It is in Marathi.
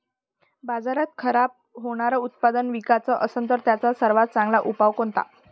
बाजारात खराब होनारं उत्पादन विकाच असन तर त्याचा सर्वात चांगला उपाव कोनता?